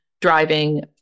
driving